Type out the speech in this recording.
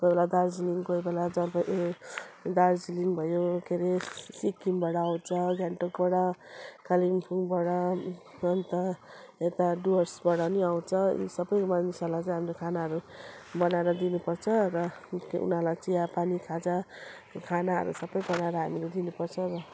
कोई बेला दार्जिलिङ कोई बेला जलपाई ए दार्जिलिङ भयो के रे सिक्किमबाट आउँछ गेङ्टोकबाट कालिम्पोङबाट अनि त यता डुअर्सबाट नि आउँछ सबै मानिसहरूलाई चाहिँ हामीले खानाहरू बनाएर दिनुपर्छ र उनीहरूलाई चिया पानी खाजा खानाहरू सबै बनाएर हामीले दिनुपर्छ